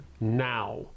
now